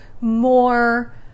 more